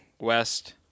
west